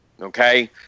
Okay